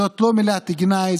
זאת לא מילת גנאי,